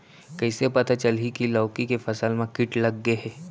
कइसे पता चलही की लौकी के फसल मा किट लग गे हे?